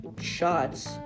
shots